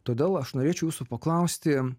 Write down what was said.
todėl aš norėčiau jūsų paklausti